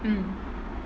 mm